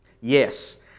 Yes